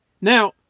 Now